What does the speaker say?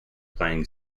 playing